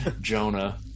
Jonah